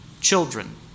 children